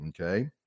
okay